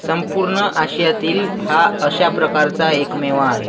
संपूर्ण आशियातील हा अशा प्रकारचा एकमेव आहे